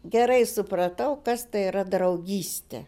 gerai supratau kas tai yra draugystė